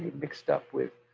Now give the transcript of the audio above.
mixed up with